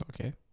Okay